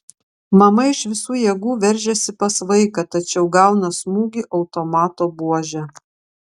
mama iš visų jėgų veržiasi pas vaiką tačiau gauna smūgį automato buože